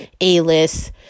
A-list